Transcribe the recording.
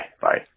bye